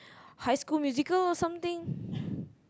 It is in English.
high school musical or something